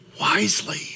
wisely